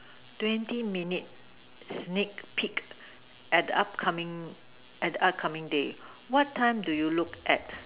twenty minutes next peek and up coming and up coming day what time do you look at